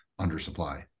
undersupply